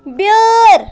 بیٲر